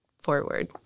forward